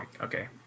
Okay